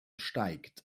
steigt